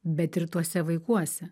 bet ir tuose vaikuose